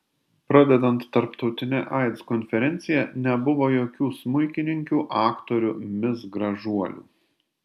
pradedant tarptautine aids konferencija nebuvo jokių smuikininkių aktorių mis gražuolių